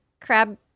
crab